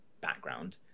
background